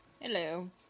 Hello